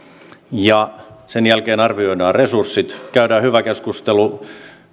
ja sen jälkeen arvioidaan resurssit käydään hyvä keskustelu